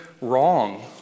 wrong